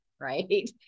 right